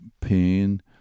Pain